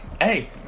Hey